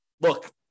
look